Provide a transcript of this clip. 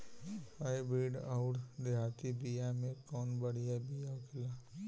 Hybrid अउर देहाती बिया मे कउन बढ़िया बिया होखेला?